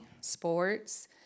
sports